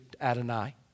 Adonai